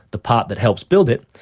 the part that helps build it,